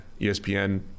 ESPN